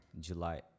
July